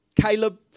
Caleb